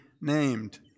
named